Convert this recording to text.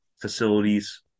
facilities